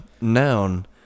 Noun